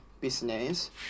business